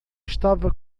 estava